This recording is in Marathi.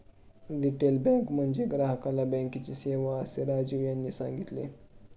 रिटेल बँक म्हणजे ग्राहकाला बँकेची सेवा, असे राजीव यांनी सांगितले